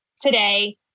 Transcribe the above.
today